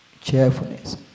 cheerfulness